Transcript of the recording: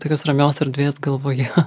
tokios ramios erdvės galvoje